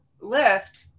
lift